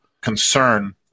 concern